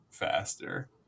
faster